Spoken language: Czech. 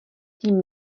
tím